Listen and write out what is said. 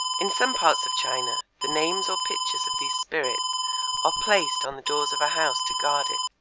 in some parts of china the names or pictures, of these spirits are placed on the doors of a house to guard it.